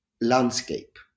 landscape